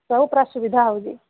ସବୁ ପୁରା ସୁବିଧା ହେଉଛି